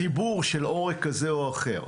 מה הקריטריונים לכניסה ויציאה וחיבור של עורק כזה או אחר?